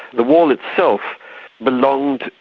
the wall itself belonged,